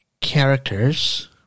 characters